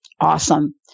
Awesome